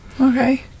Okay